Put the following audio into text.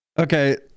Okay